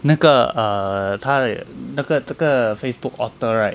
那个 err 它的那个这个 Facebook author right